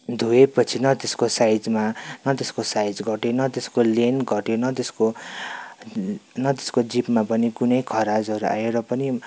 धोए पछि न त्यसको साइजमा न त्यसको साइज घट्यो न त्यसको लेन्थ घट्यो न त्यसको न त्यसको जिपमा पनि कुनै खराजहरू आयो र पनि